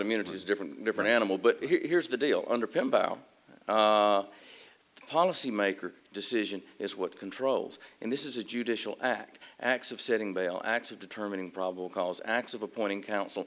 immunity is different different animal but here's the deal underpinned by policymakers decision is what controls and this is a judicial act acts of setting bail acts of determining probable cause acts of appointing coun